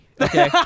Okay